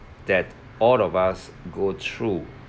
that all of us go through